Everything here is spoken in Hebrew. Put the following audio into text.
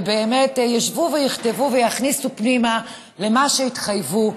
ובאמת ישבו ויכתבו ויכניסו פנימה את מה שהתחייבו,